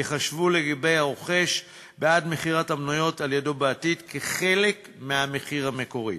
ייחשבו לגבי הרוכש בעד מכירת המניות על-ידו בעתיד כחלק מהמחיר המקורי,